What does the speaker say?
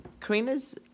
Karina's